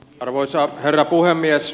arvoisa herra puhemies